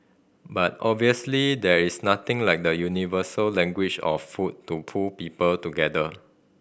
but obviously there is nothing like the universal language of food to pull people together